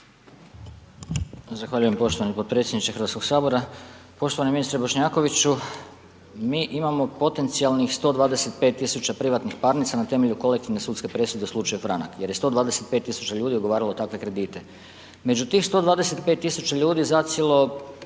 Zahvaljujem poštovani podpredsjedniče Hrvatskog sabora, poštovani ministre Bošnjakoviću mi imamo potencijalnih 125.000 privatnih parnica na temelju kolektivne sudske presude u slučaju Franak, jer je 125.000 ljudi ugovaralo takve kredite. Među tih 125.000 ljudi zacijelo,